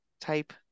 type